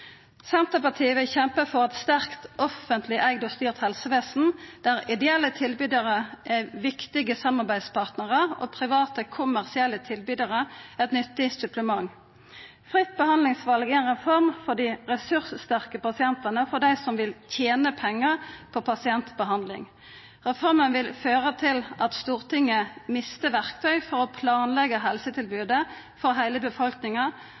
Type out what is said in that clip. Senterpartiet vil kjempa for eit sterkt offentleg eigd og styrt helsevesen, der ideelle tilbydarar er viktige samarbeidspartnarar og private kommersielle tilbydarar er eit nyttig supplement. Fritt behandlingsval er ei reform for dei ressurssterke pasientane og for dei som vil tena pengar på pasientbehandling. Reforma vil føra til at Stortinget mister eit verktøy for å planleggja helsetilbodet for heile befolkninga,